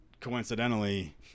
Coincidentally